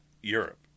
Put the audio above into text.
Europe